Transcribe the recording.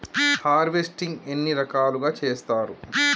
Harvesting ఎన్ని రకాలుగా చేస్తరు?